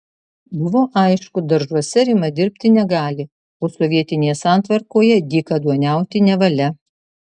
buvo aišku daržuose rima dirbti negali o sovietinėje santvarkoje dykaduoniauti nevalia